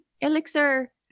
elixir